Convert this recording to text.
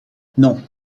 non